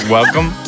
Welcome